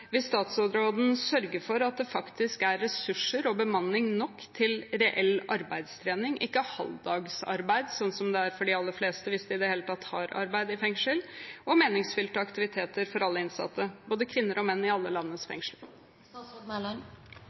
Vil statsråden sørge for at det faktisk er ressurser og bemanning nok til reell arbeidstrening – ikke halvdagsarbeid, slik det er for de aller fleste, hvis de i det hele tatt har arbeid i fengsel – og meningsfylte aktiviteter for alle innsatte, både for kvinner og menn i alle landets